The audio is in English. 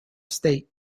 state